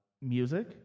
music